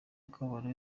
y’akababaro